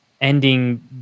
ending